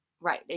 Right